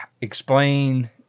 explain